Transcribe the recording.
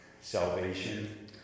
salvation